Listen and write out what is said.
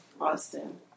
Austin